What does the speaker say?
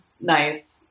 Nice